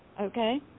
okay